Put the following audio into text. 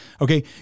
Okay